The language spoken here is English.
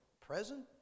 present